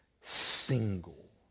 single